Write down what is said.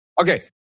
Okay